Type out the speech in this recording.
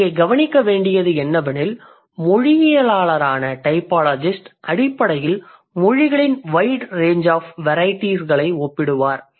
இங்கே கவனிக்க வேண்டியது என்னவெனில் மொழியியலாளரான டைபாலஜிஸ்ட் அடிப்படையில் மொழிகளின் வைட் ரேன்ச் ஆஃப் வேரைட்டீஸ் களை ஒப்பிடுவார்